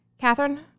Catherine